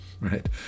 right